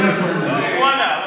זה מה שיהיה.